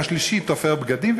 השלישי תופר בגדים,